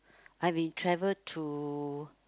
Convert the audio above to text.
I've been travel to